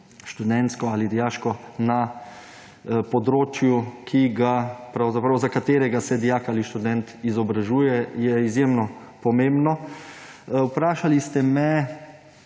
študentsko ali dijaško, na področju, za katerega se dijak ali študent izobražuje – izjemno pomembno. Vprašali ste me,